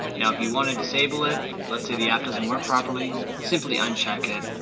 now if you want to disable it, let's say the app doesn't work properly, simply uncheck it,